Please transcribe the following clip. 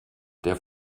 der